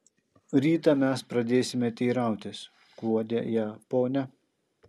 rytą mes pradėsime teirautis guodė ją ponia